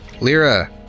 Lyra